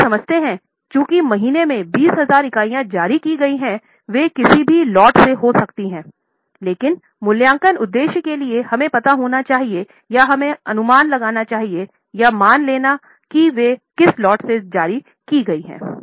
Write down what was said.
अब आप समझते हैं कि चूंकि महीने में 20000 इकाइयाँ जारी की गई हैंवो किसी भी लॉट से हो सकता है लेकिन मूल्यांकन उद्देश्यों के लिए हमें पता होना चाहिए या हमें अनुमान लगाना चाहिए या मान लेना कि वे किस लॉट से जारी किए गए हैं